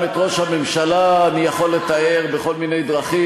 גם את ראש הממשלה אני יכול לתאר בכל מיני דרכים,